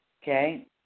Okay